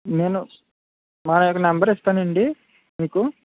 నేను మా యొక్క నంబరు ఇస్తాను అండి మీకు